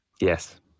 Yes